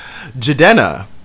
Jadena